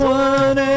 one